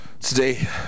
Today